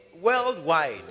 worldwide